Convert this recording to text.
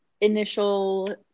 initial